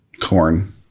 corn